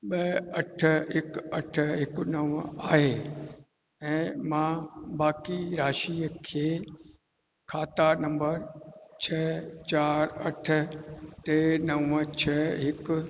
ॿ अठ हिकु अठ हिकु नव आहे ऐं मां बाक़ी राशीअ खे खाता नंबर छह चारि अठ टे नव छह हिकु